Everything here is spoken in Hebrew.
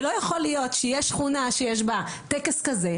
ולא יכול להיות שיש שכונה שיש בה טקס כזה,